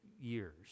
years